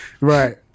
Right